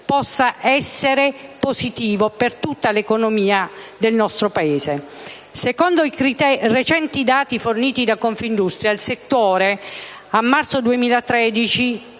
possa essere positivo per l'intera economia del nostro Paese. Secondo recenti dati forniti da Confindustria il settore, a marzo 2013,